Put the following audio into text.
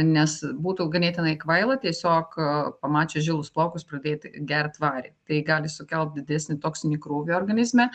nes būtų ganėtinai kvaila tiesiog pamačius žilus plaukus pradėti gert varį tai gali sukelt didesnį toksinį krūvį organizme